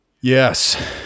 Yes